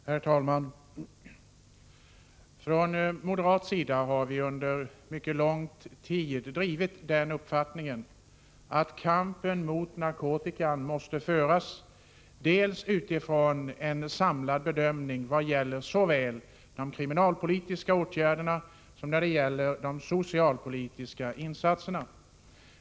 Herr talman! Från moderat sida har vi under mycket lång tid drivit den uppfattningen att kampen mot narkotikan måste föras utifrån en samlad bedömning i vad gäller såväl de kriminalpolitiska åtgärderna som de socialpolitiska insatserna.